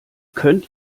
könnt